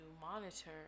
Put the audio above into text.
monitor